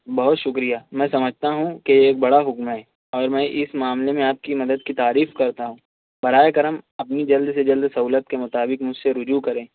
بہت شکریہ میں سمجھتا ہوں کہ یہ ایک بڑا حکم ہے اور میں اس معاملے میں آپ کی مدد کی تعریف کرتا ہوں براہ کرم اپنی جلد سے جلد سہولت کے مطابق مجھ سے رجوع کریں